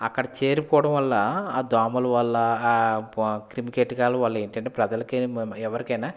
అక్కడ చేరిపొవడం వల్ల ఆ దోమల వల్ల ఆ క్రిమి కీటకాల వల్ల ఏంటంటే ప్రజలకి ఎవరికైనా